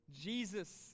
Jesus